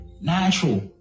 Natural